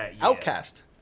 Outcast